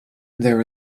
there